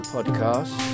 Podcast